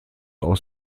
aus